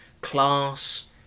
...class